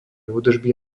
údržby